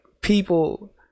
people